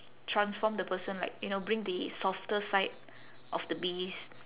transform the person like you know bring the softer side of the beast